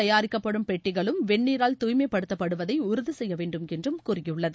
தயாரிக்கப்படும் உணவு பெட்டிகளும் வெந்நீரால் தூய்மைப்படுத்தப்படுவதைஉறுதிசெய்யவேண்டுமென்றுகூறியுள்ளது